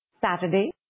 Saturday